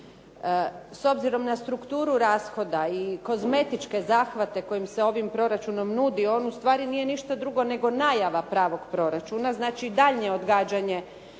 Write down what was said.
S obzirom na strukturu rashoda i kozmetičke zahvate koji se ovim proračunom nudi on ustvari nije ništa drugo nego najava pravog proračuna, znači daljnje odgađanje